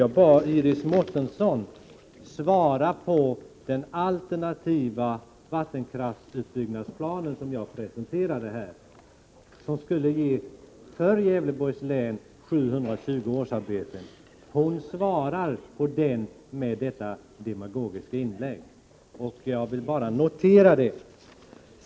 Jag bad Iris Mårtensson om ett svar beträffande den alternativa vattenkraftsutbyggnadsplan som jag presenterade här och som skulle ge Gävleborgs län 720 årsarbeten. Hon svarar alltså med ett demagogiskt inlägg. Jag vill bara notera det.